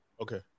Okay